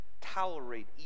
tolerate